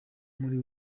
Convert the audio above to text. muri